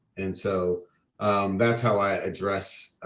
and so that's how i address